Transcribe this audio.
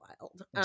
wild